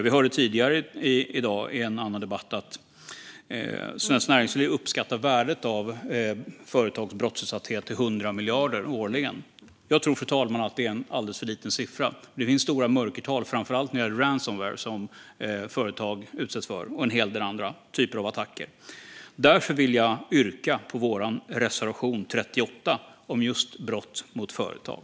Vi hörde tidigare i dag, i en annan debatt, att Svenskt Näringsliv uppskattar värdet av företags brottsutsatthet till 100 miljarder årligen. Jag tror, fru talman, att det är en alldeles för liten siffra. Det finns stora mörkertal, framför allt när det gäller ransomware som företag utsätts för men också en hel del andra typer av attacker. Därför vill jag yrka bifall till vår reservation 38 om just brott mot företag.